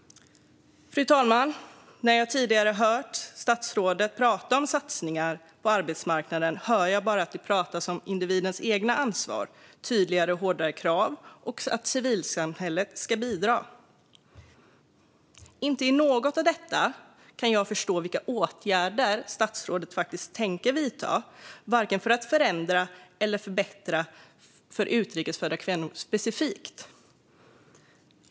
Fru talman! När jag tidigare har hört ministern prata om satsningar på arbetsmarknaden hör jag bara tal om individens eget ansvar, tydligare och hårdare krav och att civilsamhället ska bidra. Inte någonstans här kan jag förstå vilka åtgärder som statsrådet faktiskt tänker vidta för att förändra eller förbättra specifikt för utrikes födda kvinnor.